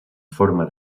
forma